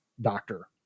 doctor